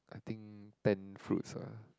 I think ten fruits ah